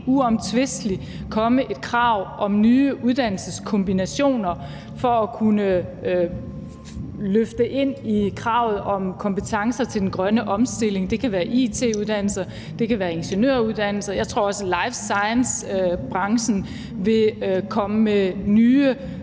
uomtvisteligt komme et krav om nye uddannelseskombinationer for at kunne løfte kravet om kompetencer til den grønne omstilling. Det kan være it-uddannelser, det kan være ingeniøruddannelser, og jeg tror også, at life science-branchen vil komme med nye